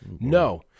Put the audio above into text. No